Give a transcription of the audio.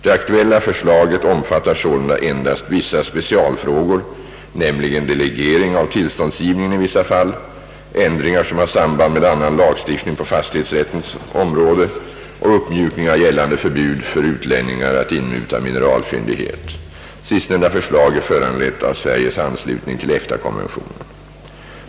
Det aktuella förslaget omfattar sålunda endast vissa specialfrågor, nämligen delegering av tillståndsgivningen i vissa fall, ändringar som har samband med annan lagstiftning på fastighetsrättens område och uppmjukning av gällande förbud för utlänningar att inmuta mineralfyndighet. Sistnämnda förslag är föranlett av Sveriges anslutning till EFTA-konventionen.